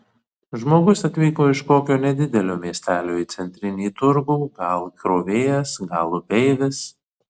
žmogus atvyko iš kokio nedidelio miestelio į centrinį turgų gal krovėjas gal upeivis